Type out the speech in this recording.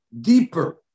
deeper